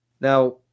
Now